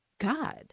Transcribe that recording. God